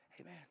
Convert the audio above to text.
Amen